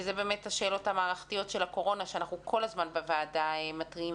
שזה באמת השאלות המערכתיות של הקורונה שאנחנו כל הזמן בוועדה מתריעים